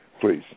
please